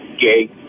Gay